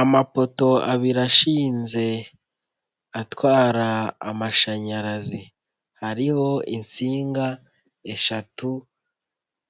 Amapoto abiri ashinze atwara amashanyarazi, hariho insinga eshatu